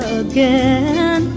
again